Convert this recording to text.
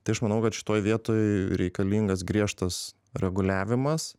tai aš manau kad šitoj vietoj reikalingas griežtas reguliavimas